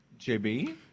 JB